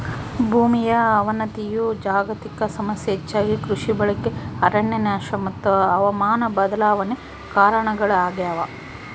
ಭೂಮಿಯ ಅವನತಿಯು ಜಾಗತಿಕ ಸಮಸ್ಯೆ ಹೆಚ್ಚಾಗಿ ಕೃಷಿ ಬಳಕೆ ಅರಣ್ಯನಾಶ ಮತ್ತು ಹವಾಮಾನ ಬದಲಾವಣೆ ಕಾರಣಗುಳಾಗ್ಯವ